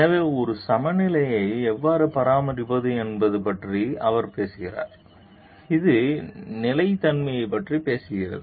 எனவே ஒரு சமநிலையை எவ்வாறு பராமரிப்பது என்பது பற்றி அவர் பேசுகிறார் இது நிலைத்தன்மையைப் பற்றி பேசுகிறது